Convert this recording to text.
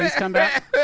please come back?